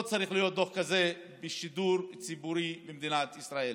לא צריך להיות דוח כזה בשידור ציבורי במדינת ישראל.